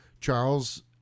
Charles